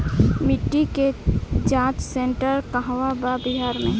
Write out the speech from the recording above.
मिटी के जाच सेन्टर कहवा बा बिहार में?